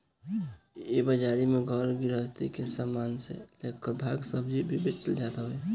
इ बाजारी में घर गृहस्ती के सामान से लेकर साग सब्जी भी बेचल जात हवे